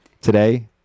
Today